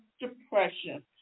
depression